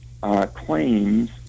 claims